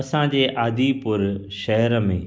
असांजे आदिपुर शहर में